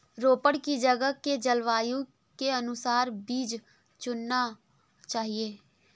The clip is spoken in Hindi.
रोपड़ की जगह के जलवायु के अनुसार बीज चुनना चाहिए